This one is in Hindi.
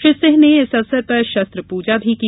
श्री सिंह ने इस अवसर पर शस्त्र पूजा की